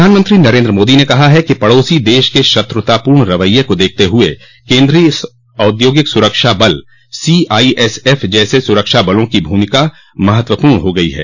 प्रधानमंत्री नरेन्द्र मोदी ने कहा है कि पड़ोसी देश के शत्रुतापूर्ण रवैए को देखते हुए केन्द्रीय औद्योगिक सुरक्षा बल सीआईएसएफ जैसे सुरक्षा बलों की भूमिका महत्वपूर्ण हो गयी है